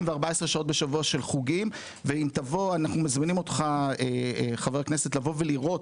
ו-14 ששעות בשבוע של חוגים ואנחנו מזמינים אותך חבר הכנסת לבוא ולקרות,